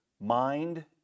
mind